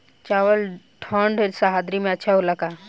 चावल ठंढ सह्याद्री में अच्छा होला का?